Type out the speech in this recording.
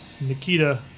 Nikita